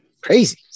Crazy